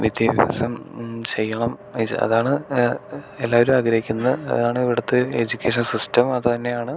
വിദ്യാഭ്യാസം ചെയ്യണം അതാണ് എല്ലാവരും ആഗ്രഹിക്കുന്ന അതാണ് ഇവുടത്തെ എഡ്യൂക്കേഷൻ സിസ്റ്റവും അതുതന്നെയാണ്